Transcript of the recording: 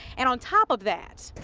and on top of that.